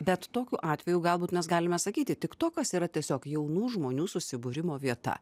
bet tokiu atveju galbūt mes galime sakyti tik to kas yra tiesiog jaunų žmonių susibūrimo vieta